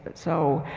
so,